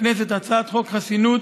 אביא לכנסת הצעת חוק חסינות,